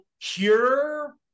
cure